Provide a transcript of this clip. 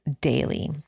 daily